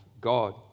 God